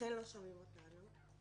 אכן לא שומעים אותנו.